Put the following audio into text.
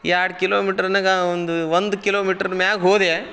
ಎರಡು ಕಿಲೋಮೀಟ್ರ್ನಾಗ ಒಂದು ಒಂದು ಕಿಲೋಮೀಟ್ರ್ ಮ್ಯಾಗೆ ಹೋದೆ